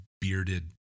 bearded